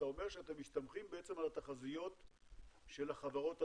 אתה אומר שאתם מסתמכים על התחזיות של החברות עצמן,